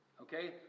Okay